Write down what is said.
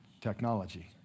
technology